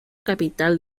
capital